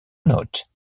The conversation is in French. note